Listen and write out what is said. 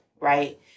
Right